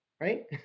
Right